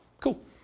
Cool